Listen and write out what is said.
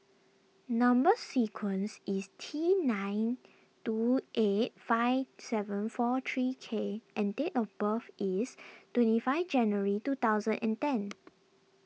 Number Sequence is T nine two eight five seven four three K and date of birth is twenty five January two thousand and ten